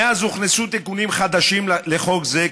מאז הוכנסו תיקונים חדשים לחוק זה,